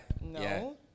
No